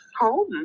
home